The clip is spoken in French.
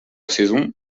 saison